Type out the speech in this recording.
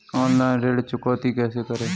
Online ऋण चुकौती कैसे करें?